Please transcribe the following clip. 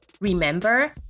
Remember